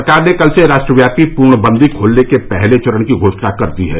सरकार ने कल से राष्ट्रव्यापी पूर्णबन्दी खोलने के पहले चरण की घोषणा कर दी है